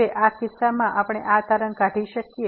તેથી હવે આ કિસ્સામાં આપણે આ તારણ કાઢી શકીએ